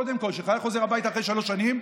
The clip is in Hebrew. קודם כול, כשחייל חוזר הביתה אחרי שלוש שנים,